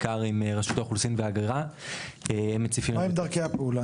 בעיקר עם רשות האוכלוסין וההגירה --- מהם דרכי הפעולה?